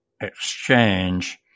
exchange